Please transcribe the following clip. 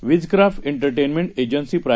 विझक्राफ्टएंटरटेनमेंटएजन्सीप्रा